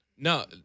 No